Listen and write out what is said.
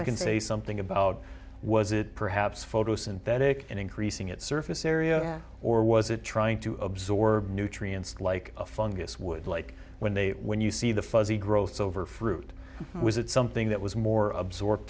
you can say something about was it perhaps photosynthetic increasing its surface area or was it trying to absorb nutrients like a fungus would like when they when you see the fuzzy growth over fruit was it something that was more absor